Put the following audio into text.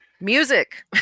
Music